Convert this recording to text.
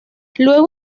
luego